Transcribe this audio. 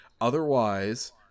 Otherwise